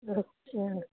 ਅੱਛਾ